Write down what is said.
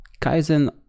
Kaizen